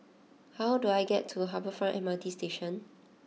how do I get to Harbour Front M R T Station